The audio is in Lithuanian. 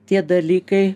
tie dalykai